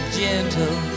gentle